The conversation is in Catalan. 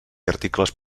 articles